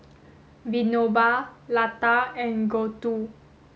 Vinoba Lata and Gouthu